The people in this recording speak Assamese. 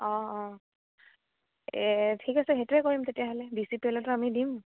অ' অ' ঠিক আছে সেইটোৱে কৰিম তেতিয়াহ'লে বি চি পি এল তো আমি দিম